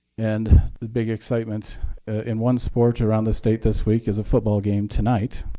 and the big excitement in one sport around the state this week is a football game tonight,